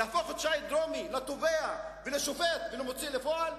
להפוך את שי דרומי לתובע ולשופט ולמוציא לפועל?